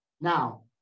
Now